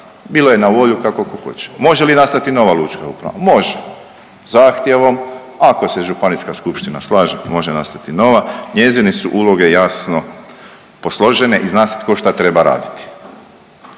bilo je na volju kako tko hoće. Može li nastati nova lučka uprava? Može. Zahtjevom, ako se županijska skupština slaže, može nastati nova. Njezini su uloge jasno posložene i zna se tko šta treba raditi.